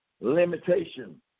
limitation